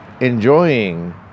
enjoying